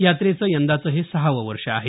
यात्रेचं यंदाचं हे सहावं वर्ष आहे